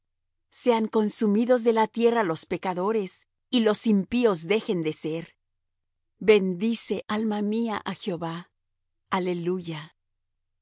sean consumidos de la tierra los pecadores y los impíos dejen de ser bendice alma mía á jehová aleluya